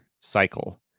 cycle